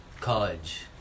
college